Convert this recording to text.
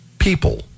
people